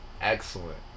excellent